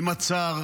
עם הצער